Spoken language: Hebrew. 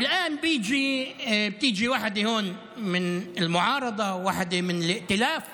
ועכשיו מגיעה כאן מישהי מהאופוזיציה ואחת מהקואליציה